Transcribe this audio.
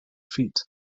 feat